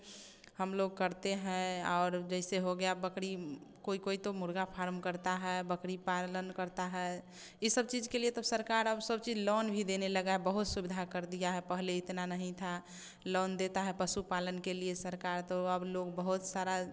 हम लोग करते हैं और जैसे हो गया बकरी कोई कोई तो मुर्गा फार्म करता है बकरी पालन करता है यह सब चीज़ के लिए तो सरकार अब सब चीज़ लॉन भी देने लगा है बहुत सुविधा कर दिया है पहले इतना नहीं था लॉन देता है पशु पालन के लिए सरकार तो अब लोग बहुत सारा